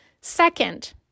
Second